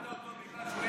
הזכרת אותו בכלל?